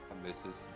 misses